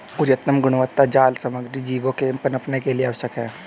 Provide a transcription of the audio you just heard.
उच्च गुणवत्तापूर्ण जाल सामग्री जीवों के पनपने के लिए आवश्यक है